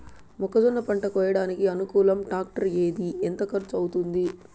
మొక్కజొన్న పంట కోయడానికి అనుకూలం టాక్టర్ ఏది? ఎంత ఖర్చు అవుతుంది?